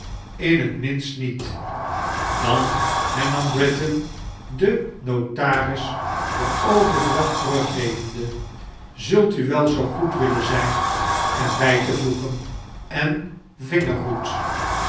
in het mdmst niet dan hemam britain den noitariis de overdracht taruggevendei zult u wel zoo goed willen zijn er bij te voegen en vingerhoed